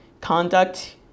conduct